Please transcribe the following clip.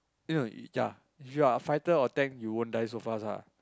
eh no ya if you are fighter or tank you won't die so fast ah